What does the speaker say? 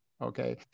Okay